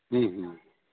हुँ हुँ